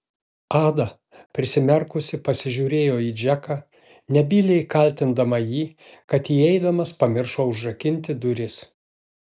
ada prisimerkusi pasižiūrėjo į džeką nebyliai kaltindama jį kad įeidamas pamiršo užrakinti duris